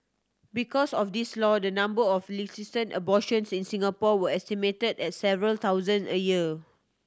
because of this law the number of illicit abortions in Singapore were estimated at several thousands a year